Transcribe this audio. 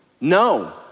no